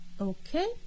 okay